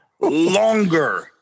longer